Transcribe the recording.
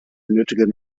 nötige